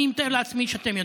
אני מתאר לעצמי שאתם יודעים.